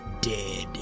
dead